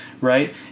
Right